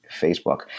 Facebook